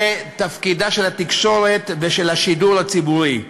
זה תפקיד התקשורת והשידור הציבורי,